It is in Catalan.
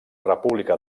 república